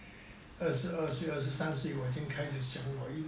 二十二岁二十三岁我已经开始像我